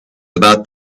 about